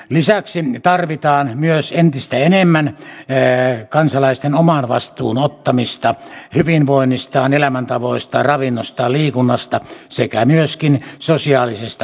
lisäksi tarvitaan myös entistä enemmän kansalaisten oman vastuun ottamista omasta hyvinvoinnista elämäntavoista ravinnosta liikunnasta sekä myöskin sosiaalisesta kanssakäymisestä